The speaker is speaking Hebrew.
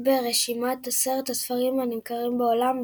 ברשימת עשרת הספרים הנמכרים בעולם,